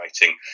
writing